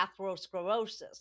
atherosclerosis